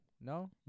No